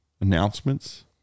announcements